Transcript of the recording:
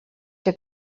que